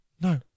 No